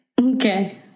Okay